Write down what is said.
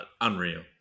unreal